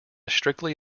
strictly